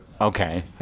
okay